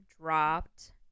dropped